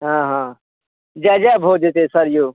हँ हँ जय जय भऽ जेतै सर यौ